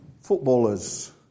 footballers